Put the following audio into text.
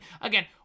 again